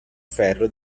ferro